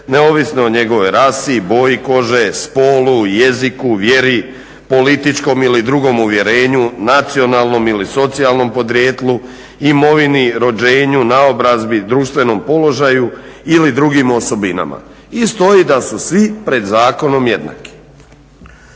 neovisno o njegovoj rasi, boji kože, spolu, jeziku, vjeri, političkom ili drugom uvjerenju, nacionalnom ili socijalnom podrijetlu, imovini, rođenju, naobrazbi, društvenom položaju ili drugim osobinama. I stoji da su svi pred zakonom jednaki.